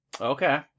Okay